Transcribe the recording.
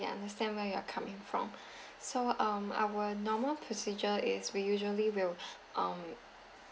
yeah understand where you are coming from so um our normal procedure is we usually will um